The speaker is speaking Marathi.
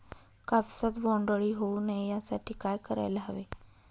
कापसात बोंडअळी होऊ नये यासाठी काय करायला हवे?